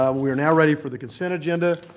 um we are now ready for the consent agenda.